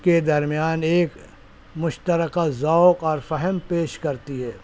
کے درمیان ایک مشترکہ ذوق اور فہم پیش کرتی ہے